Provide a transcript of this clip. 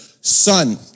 son